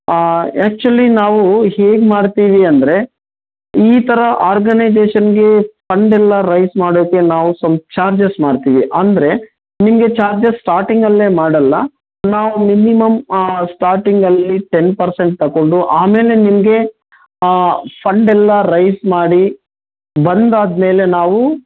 ಆಂ actually ನಾವು ಹೇಗೆ ಮಾಡ್ತೀವಿ ಅಂದರೆ ಈ ಥರ ಆರ್ಗನೈಜೇಷನ್ಗೆ ಫಂಡ್ ಎಲ್ಲ ರೈಸ್ ಮಾಡೋಕ್ಕೆ ನಾವು ಸ್ವಲ್ಪ ಚಾರ್ಜಸ್ ಮಾಡ್ತೀವಿ ಅಂದರೆ ನಿಮಗೆ ಚಾರ್ಜಸ್ ಸ್ಟಾರ್ಟಿಂಗಲ್ಲೇ ಮಾಡೋಲ್ಲ ನಾವು ಮಿನಿಮಮ್ ಸ್ಟಾರ್ಟಿಂಗಲ್ಲಿ ಟೆನ್ ಪರ್ಸೆಂಟ್ ತಕೊಂಡು ಆಮೇಲೆ ನಿಮಗೆ ಫಂಡ್ ಎಲ್ಲ ರೈಸ್ ಮಾಡಿ ಬಂದಾದ ಮೇಲೆ ನಾವು